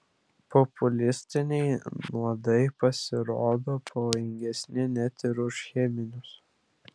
populistiniai nuodai pasirodo pavojingesni net ir už cheminius